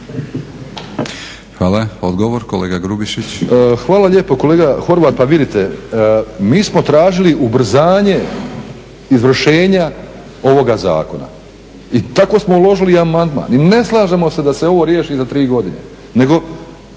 Boro (HDSSB)** Hvala lijepo. Kolega Horvat pa vidite mi smo tražili ubrzanje izvršenja ovoga zakona. I tako smo uložili i amandman. Ne slažemo se da se ovo riješi za 3 godine